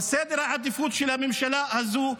אבל סדר העדיפות של הממשלה הזאת,